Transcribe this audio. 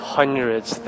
hundreds